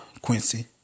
Quincy